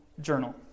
journal